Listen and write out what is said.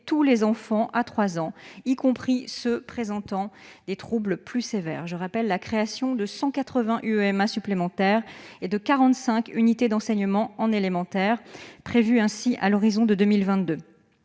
tous les enfants à 3 ans, y compris ceux qui présentent des troubles plus sévères. La création de 180 UEMA supplémentaires et de 45 unités d'enseignement en élémentaire autisme (UEEA) est ainsi prévue à l'horizon de 2022.